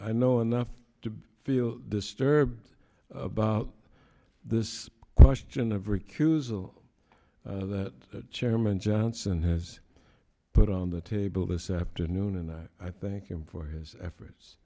i know enough to feel disturbed about this question of recusal that chairman johnson has put on the table this afternoon and i thank him for his efforts